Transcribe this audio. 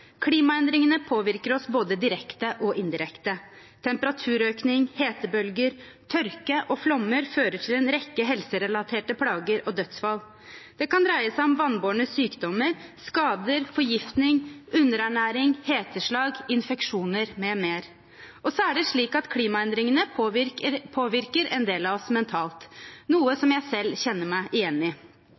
Klimaendringene påvirker oss både direkte og indirekte. Temperaturøkning, hetebølge, tørke og flom fører til en rekke helserelaterte plager og dødsfall. Det kan dreie seg om vannbårne sykdommer, skader, forgiftning, underernæring, heteslag, infeksjoner m.m. Og så er det slik at klimaendringene påvirker en del av oss mentalt, noe som jeg selv kjenner meg igjen i.